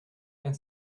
and